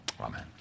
Amen